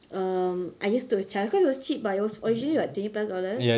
um I used to because it was cheap but it was originally about twenty plus dollars